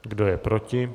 Kdo je proti?